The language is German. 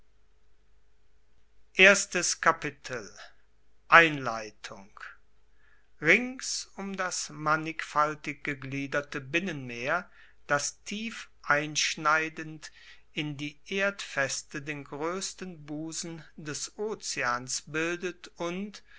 einleitung rings um das mannigfaltig gegliederte binnenmeer das tief einschneidend in die erdfeste den groessten busen des ozeans bildet und